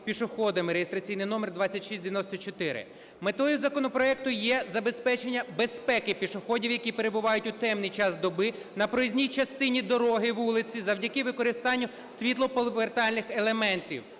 (реєстраційний номер 2694). Метою законопроекту є забезпечення безпеки пішоходів, які перебувають в темний час доби на проїзній частині дороги, вулиці, завдяки використанню світлоповертальних елементів,